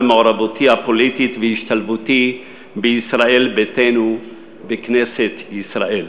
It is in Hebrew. מעורבותי הפוליטית והשתלבותי בישראל ביתנו בכנסת ישראל.